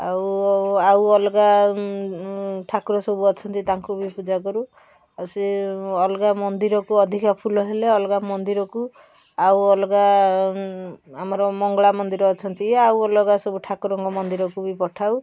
ଆଉ ଆଉ ଅଲଗା ଠାକୁର ସବୁ ଅଛନ୍ତି ତାଙ୍କୁ ବି ପୂଜା କରୁ ଆଉ ସେ ଅଲଗା ମନ୍ଦିରକୁ ଅଧିକା ଫୁଲ ହେଲେ ଅଲଗା ମନ୍ଦିରକୁ ଆଉ ଅଲଗା ଆମର ମଙ୍ଗଳା ମନ୍ଦିର ଅଛନ୍ତି ଆଉ ଅଲଗା ସବୁ ଠାକୁରଙ୍କ ମନ୍ଦିରକୁ ବି ପଠାଉ